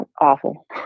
Awful